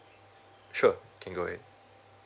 sure can go ahead